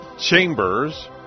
Chambers